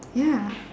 ya